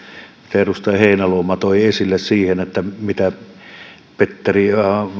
minkä edustaja heinäluoma toi esille siitä mitä